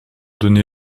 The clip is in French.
donné